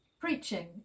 preaching